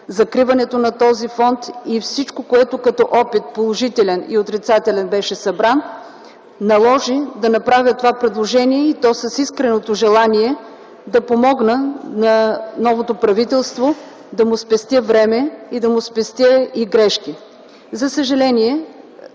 закриването на този фонд и всичко, което беше събрано като опит – положителен и отрицателен, наложи да направя това предложение с искреното желание да помогна на новото правителство, да му спестя време, да му спестя и грешки. За съжаление,